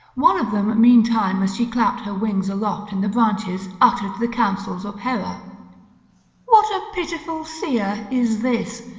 one of them meantime as she clapped her wings aloft in the branches uttered the counsels of hera what a pitiful seer is this,